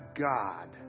God